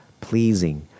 pleasing